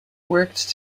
worked